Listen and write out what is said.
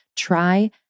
Try